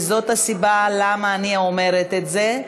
וזאת הסיבה שאני אומרת את זה,